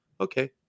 Okay